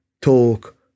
talk